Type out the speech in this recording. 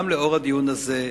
גם לאור הדיון הזה,